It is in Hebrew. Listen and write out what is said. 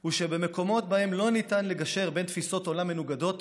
הוא שבמקומות שבהם לא ניתן לגשר בין תפיסות עולם מנוגדות,